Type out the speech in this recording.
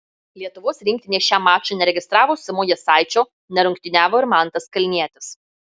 lietuvos rinktinė šiam mačui neregistravo simo jasaičio nerungtyniavo ir mantas kalnietis